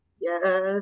Yes